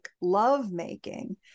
lovemaking